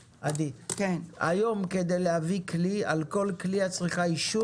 היום כדי להביא כלי, על כל כלי את צריכה אישור?